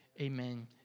amen